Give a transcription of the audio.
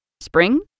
Spring